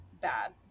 bad